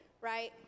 right